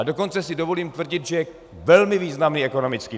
Dokonce si dovolím tvrdit, že velmi významný ekonomický tahoun.